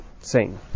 sing